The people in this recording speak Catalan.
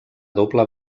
doble